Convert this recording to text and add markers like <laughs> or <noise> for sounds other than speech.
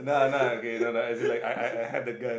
<laughs>